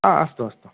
हा अस्तु अस्तु